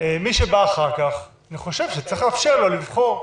מי שבא אחר כך, אני חושב שצריך לאפשר לו לבחור.